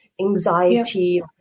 anxiety